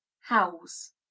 house